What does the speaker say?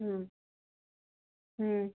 ହୁଁ ହୁଁ